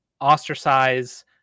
ostracize